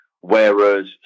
Whereas